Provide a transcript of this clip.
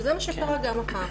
וזה מה שקרה גם הפעם.